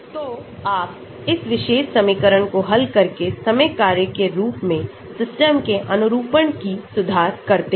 तो आप इस विशेष समीकरण को हल करके समय कार्य के रूप में सिस्टम के अनुरूपण कि सुधार करते हैं